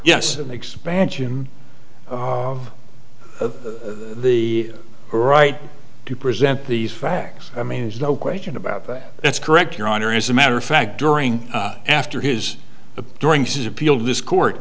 yes expansion of the right to present these facts i mean there's no question about that that's correct your honor as a matter of fact during after his a during his appeal this court